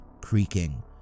creaking